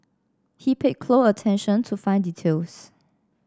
he paid attention to fine details